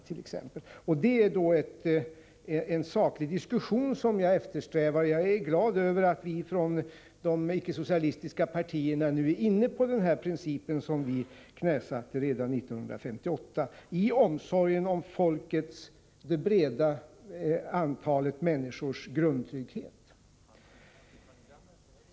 Jag eftersträvar alltså en saklig diskussion, och jag är glad över att vi från de icke-socialistiska partierna nu är inne på den princip som centern knäsatte redan 1958 i omsorgen om det stora folkflertalets grundtrygghet.